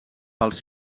pels